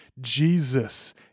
Jesus